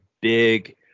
big